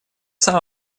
сам